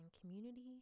community